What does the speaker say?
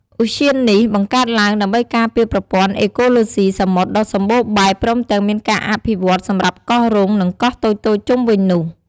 ឧទ្យាននេះ បង្កើតឡើងដើម្បីការពារប្រព័ន្ធអេកូឡូស៊ីសមុទ្រដ៏សម្បូរបែបព្រមទាំងមានការអភិវឌ្ឍសម្រាប់កោះរុង និងកោះតូចៗជុំវិញនោះ។